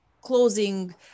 closing